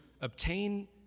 obtain